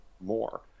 more